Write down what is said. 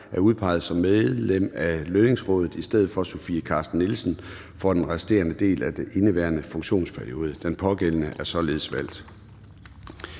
er udpeget som medlem af Lønningsrådet i stedet for Sofie Carsten Nielsen for den resterende del af indeværende funktionsperiode. Den pågældende er således valgt.